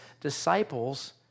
disciples